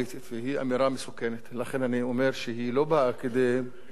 לכן אני אומר שהיא לא באה כדי לטפל בתכנים